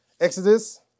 Exodus